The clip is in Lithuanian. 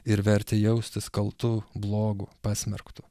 ir vertė jaustis kaltu blogu pasmerktu